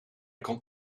kon